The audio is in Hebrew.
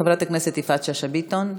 חברת הכנסת יפעת שאשא ביטון,